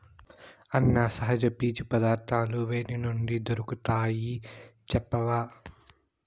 అన్నా, సహజ పీచు పదార్థాలు వేటి నుండి దొరుకుతాయి చెప్పవా